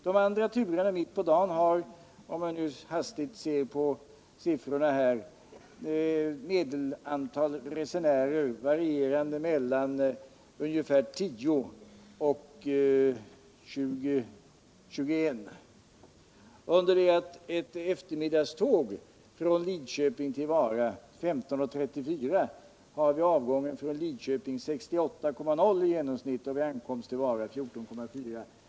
De andra turerna mitt på dagen har ett medelantal resenärer varierande mellan ungefär 10 och 21, enligt vad jag nu hastigt kan se av siffrorna, under det att ett eftermiddagståg från Lidköping till Vara 15.34 vid avgången från Lidköping har i genomsnitt 68,0 resande och vid ankomsten till Vara 14,4.